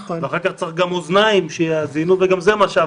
אחר כך צריך גם אוזניים שיאזינו וגם זה משאב מוגבל.